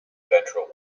ventral